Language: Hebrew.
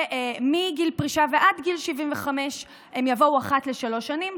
ומגיל פרישה ועד גיל 75 הם יבואו אחת לשלוש שנים,